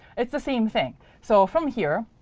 it's the same thing. so from here,